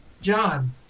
John